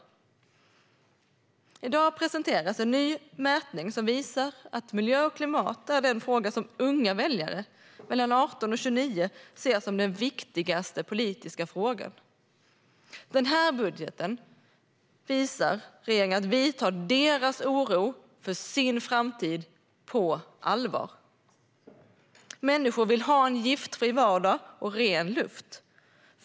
I dag presenterades en ny mätning som visar att miljö och klimat är den fråga som unga väljare mellan 18 och 29 ser som den viktigaste politiska frågan. I den här budgeten visar regeringen att vi tar deras oro för sin framtid på allvar. Människor vill ha en giftfri vardag och ren luft.